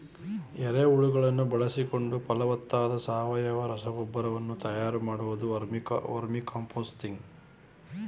ಎರೆಹುಳುಗಳನ್ನು ಬಳಸಿಕೊಂಡು ಫಲವತ್ತಾದ ಸಾವಯವ ರಸಗೊಬ್ಬರ ವನ್ನು ತಯಾರು ಮಾಡುವುದು ವರ್ಮಿಕಾಂಪೋಸ್ತಿಂಗ್